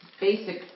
basic